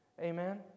Amen